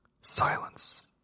silence